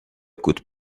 could